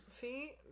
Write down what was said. See